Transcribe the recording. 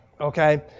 Okay